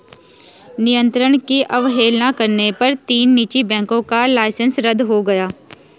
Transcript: नियंत्रण की अवहेलना करने पर तीन निजी बैंकों का लाइसेंस रद्द हो गया